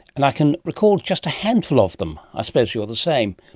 and i can recall just a handful of them. i suppose you're the same.